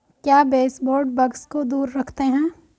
क्या baseboard bugs को दूर रखते हैं?